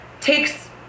takes